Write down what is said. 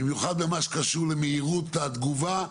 במיוחד למה שקשור למהירות התגובה,